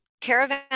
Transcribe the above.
caravan